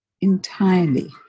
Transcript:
entirely